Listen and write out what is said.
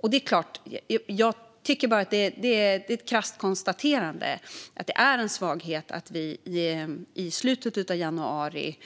Jag kan krasst konstatera att det är en svaghet att man i slutet av januari,